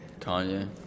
Kanye